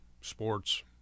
sports